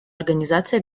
организации